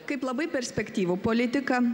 kaip labai perspektyvų politiką